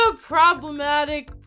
problematic